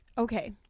Okay